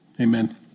Amen